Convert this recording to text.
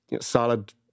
solid